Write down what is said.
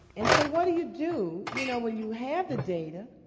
and so what do you do you know when you have the data,